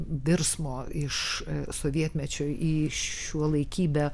virsmo iš sovietmečio į šiuolaikybę